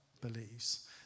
believes